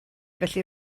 felly